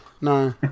No